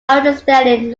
notwithstanding